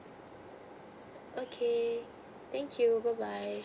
okay thank you bye bye